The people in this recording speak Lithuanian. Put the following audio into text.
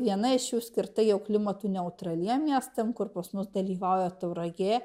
viena iš jų skirta jau klimatui neutraliem miestam kur pas mus dalyvauja tauragė